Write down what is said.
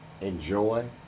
Enjoy